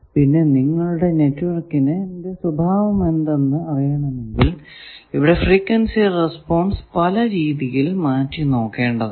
പിന്നെ നിങ്ങളുടെ നെറ്റ്വർക്കിന്റെ സ്വഭാവമെന്തെന്നു അറിയണമെങ്കിൽ ഇവിടെ ഫ്രീക്വൻസി റെസ്പോൺസ് പല രീതിയിൽ മാറ്റി നോക്കേണ്ടതാണ്